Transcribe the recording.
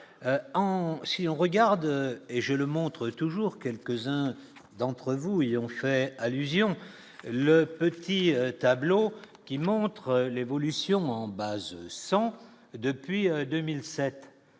si on regarde et je le montre toujours quelques-uns d'entre vous y ont fait allusion le petit tableau qui montre l'évolution en base 100 depuis 2007,